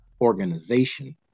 organization